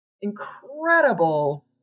incredible